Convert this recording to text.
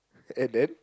and then